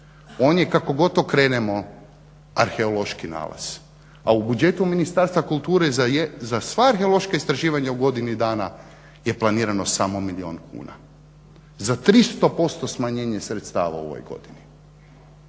On je kako god okrenemo arheološki nalaz a u budžetu Ministarstva kulture za sva arheološka istraživanja u godini dana je planirano samo milijun kuna, za 300% smanjenje sredstava u ovoj godini.